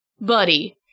buddy